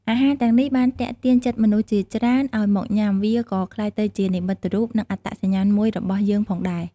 អាហារទាំងនេះបានទាក់ទាញចិត្តមនុស្សជាច្រើនឲ្យមកញុំា វាក៏៏ក្លាយទៅជានិមិត្តរូប និងអត្ដសញ្ញាណមួយរបស់យើងផងដែរ។